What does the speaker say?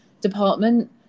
department